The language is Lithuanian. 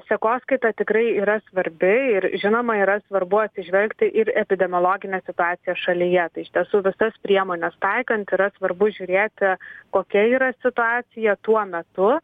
sekoskaita tikrai yra svarbi ir žinoma yra svarbu atsižvelgti ir epidemiologinę situaciją šalyje tai iš tiesų visas priemones taikant yra svarbu žiūrėti kokia yra situacija tuo metu